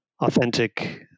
authentic